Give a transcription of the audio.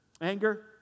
anger